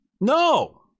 No